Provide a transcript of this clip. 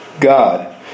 God